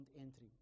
entry